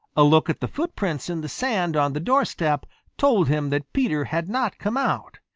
a look at the footprints in the sand on the doorstep told him that peter had not come out.